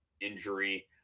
injury